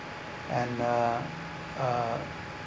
and uh uh